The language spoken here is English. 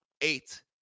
eight